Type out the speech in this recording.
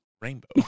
Rainbow